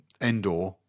Endor